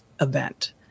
event